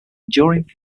enduring